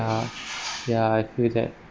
ya I feel that